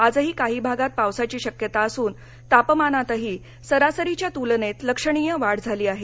आजही काही भागात पावसाची शक्यता असून तापमानातही सरासरीच्या तुलनेत लक्षणीय वाढ झाली आहे